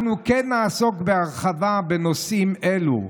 אנחנו כן נעסוק בהרחבה בנושאים אלו,